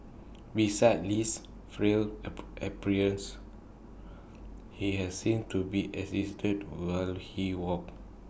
besides Li's frail app appearance he has seen to be assisted while he walked